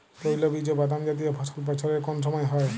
তৈলবীজ ও বাদামজাতীয় ফসল বছরের কোন সময় হয়?